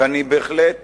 ואני בהחלט